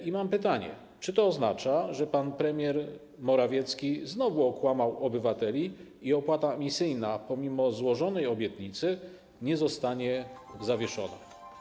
I mam pytanie: Czy to oznacza, że pan premier Morawiecki znowu okłamał obywateli i opłata emisyjna pomimo złożonej obietnicy nie zostanie zawieszona?